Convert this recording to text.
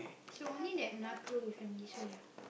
so only that knuckle you can this way ah